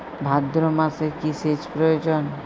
ভাদ্রমাসে কি সেচ প্রয়োজন?